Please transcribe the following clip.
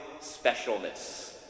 specialness